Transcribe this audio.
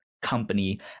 company